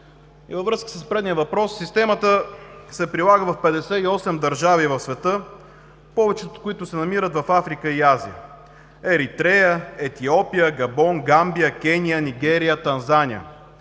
И във връзка с предния въпрос – системата се прилага в 58 държави в света, повечето от които се намират в Африка и Азия: Еритрея, Етиопия, Габон, Гамбия, Кения, Нигерия, Танзания.